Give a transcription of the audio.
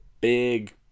big